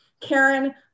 Karen